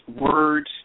words